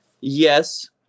Yes